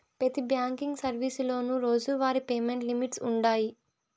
పెతి బ్యాంకింగ్ సర్వీసులోనూ రోజువారీ పేమెంట్ లిమిట్స్ వుండాయి